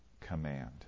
command